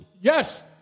Yes